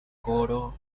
coro